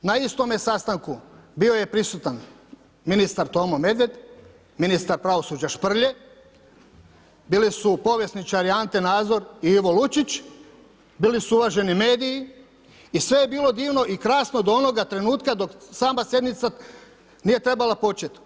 Na istome sastanku bio je prisutan ministar Tomo Medved, ministar pravosuđa Šprlje, bili su povjesničari Ante Nazor i Ivo Lučić, bili su uvaženi mediji i sve je bilo divno i krasno do onoga trenutka dok sama sjednica nije treba počet.